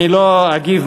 אני לא אגיב,